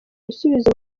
ibisubizo